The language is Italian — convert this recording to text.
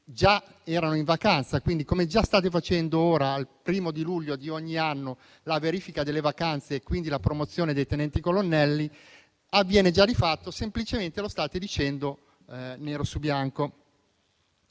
già erano in vacanza. È come già state facendo ora: al 1° luglio di ogni anno c'è la verifica delle vacanze e quindi la promozione dei tenenti colonnelli. Ciò avviene già di fatto e semplicemente lo state riportando nero su bianco.